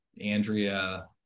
Andrea